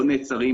לא נעצרים